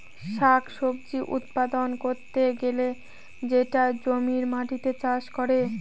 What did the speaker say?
শাক সবজি উৎপাদন করতে গেলে সেটা জমির মাটিতে চাষ করে